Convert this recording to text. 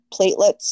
platelets